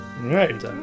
Right